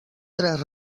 tres